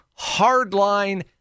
hardline